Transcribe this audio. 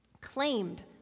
claimed